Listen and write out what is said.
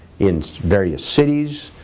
in various cities,